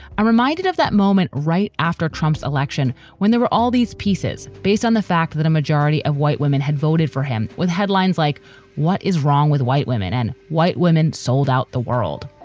i'm reminded of that moment right after trump's election when there were all these pieces based on the fact that a majority of white women had voted for him with headlines like what is wrong with white women and white women sold out the world?